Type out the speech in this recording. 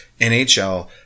nhl